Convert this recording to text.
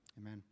Amen